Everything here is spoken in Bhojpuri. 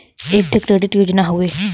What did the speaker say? एक ठे क्रेडिट योजना हौ